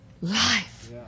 life